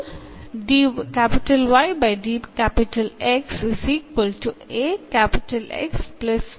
അതിനാൽ ഈ സമവാക്യം ഹോമോജീനിയസ് ആകത്തക്ക വിധത്തിലുള്ള കോൺസ്റ്റന്റ്കൾ ആയാകണംഎന്നിവ തിരഞ്ഞെടുക്കേണ്ടതുണ്ട്